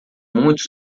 muito